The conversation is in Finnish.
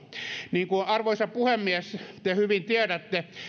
niin kuin arvoisa puhemies te hyvin tiedätte